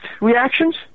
reactions